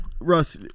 Russ